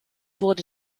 wurde